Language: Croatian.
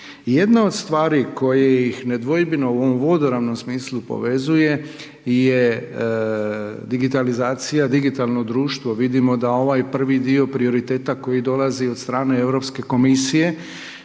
Jedna od stvari koje ih nedvojbeno u ovom vodoravnom smislu povezuje je digitalizacija, digitalno društvo, vidimo da ovaj prvi dio prioriteta koji dolazi od strane Europske komisije